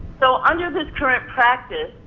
so under this current practice,